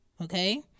okay